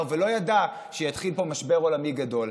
ולא ידע שיתחיל פה משבר עולמי גדול.